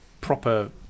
proper